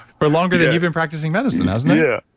for longer than you've been practicing medicine, hasn't it? yeah